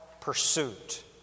pursuit